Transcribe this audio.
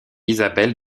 isabelle